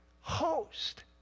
host